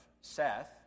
Seth